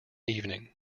evening